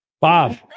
Bob